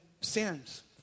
sins